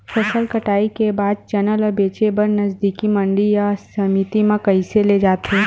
फसल कटाई के बाद चना ला बेचे बर नजदीकी मंडी या समिति मा कइसे ले जाथे?